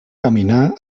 caminar